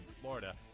Florida